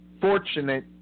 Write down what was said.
fortunate